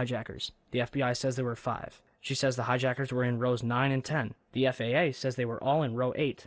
hijackers the f b i says there were five she says the hijackers were in rows nine and ten the f a a says they were all in row eight